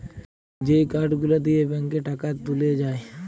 যেই কার্ড গুলা দিয়ে ব্যাংকে টাকা তুলে যায়